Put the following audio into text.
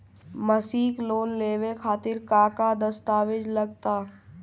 मसीक लोन लेवे खातिर का का दास्तावेज लग ता?